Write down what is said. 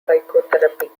psychotherapy